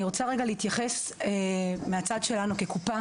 אני רוצה רגע להתייחס מהצד שלנו, כקופה